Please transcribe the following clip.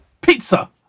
Pizza